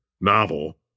novel